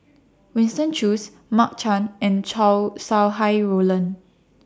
Winston Choos Mark Chan and Chow Sau Hai Roland